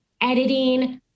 editing